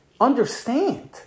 Understand